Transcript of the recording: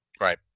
Right